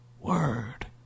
word